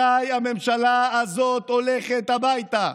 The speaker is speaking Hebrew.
מתי הממשלה הזאת הולכת הביתה?